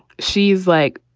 she's like,